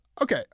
okay